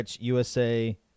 USA